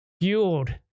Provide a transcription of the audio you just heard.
fueled